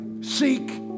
Seek